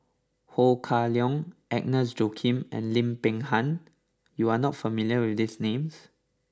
Ho Kah Leong Agnes Joaquim and Lim Peng Han you are not familiar with these names